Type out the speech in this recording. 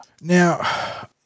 Now